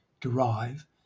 derive